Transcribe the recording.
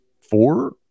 four